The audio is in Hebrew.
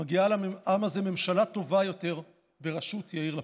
מגיעה לעם הזה ממשלה טובה יותר בראשות יאיר לפיד.